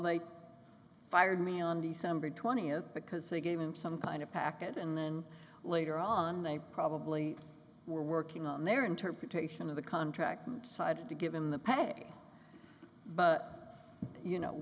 they fired me on december twentieth because they gave him some kind of package and then later on they probably were working on their interpretation of the contract side to give him the pay but you know